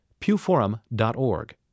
pewforum.org